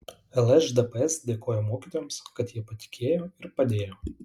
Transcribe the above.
lšdps dėkojo mokytojams kad jie patikėjo ir padėjo